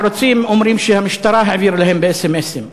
הערוצים אומרים שהמשטרה העבירה להם באס.אם.אסים.